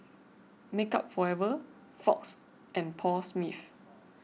Makeup Forever Fox and Paul Smith